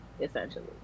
essentially